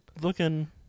looking